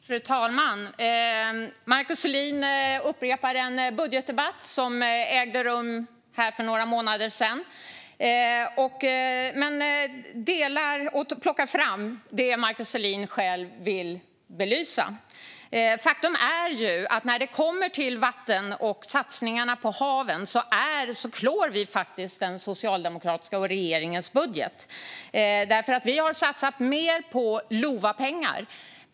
Fru talman! Markus Selin upprepar en budgetdebatt som ägde rum här för några månader sedan och plockar fram det han själv vill belysa. Faktum är att vi klår regeringens budget när det kommer till vatten och satsningarna på haven, för vi har satsat mer på LOVA-pengar.